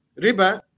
riba